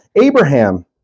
Abraham